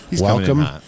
welcome